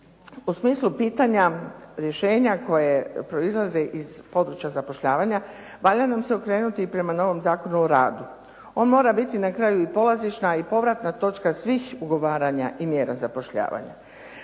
u smislu pitanja rješenja koje proizlaze iz područja zapošljavanja valja nam se okrenuti i prema novom Zakonu o radu. On mora biti na kraju i polazišna i povratna točka svih ugovaranja i mjera zapošljavanja.